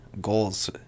goals